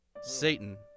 Satan